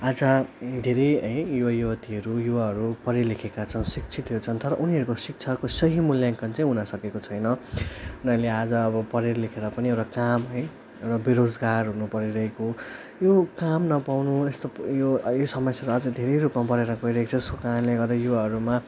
आज धेरै है युवायुवतीहरू युवाहरू पढे लेखेका छन् शिक्षितहरू छन् तर उनीहरूको शिक्षाको सही मूल्याङ्कन चाहिँ हुन सकेको छैन उनीहरूले आज अब पढेर लेखेर पनि एउटा काम है एउटा बेरोजगार हुन परिरहेको यो काम नपाउनु यस्तो यो यो समस्याहरू अझै धेरै रूपमा बढेर गइरहेको छ जसको कारणले गर्दा युवाहरूमा